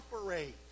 operate